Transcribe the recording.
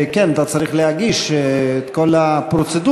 כן, אתה צריך להגיש את כל הפרוצדורה,